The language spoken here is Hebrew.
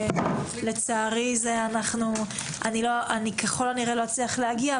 לצערי ככל הנראה לא אצליח להגיע,